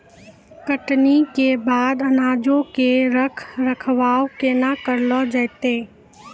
कटनी के बाद अनाजो के रख रखाव केना करलो जैतै?